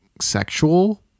sexual